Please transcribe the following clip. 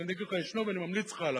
אבל אני אגיד לך את שמו ואני ממליץ לך עליו,